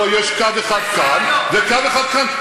יש קו אחד כאן וקו אחד כאן.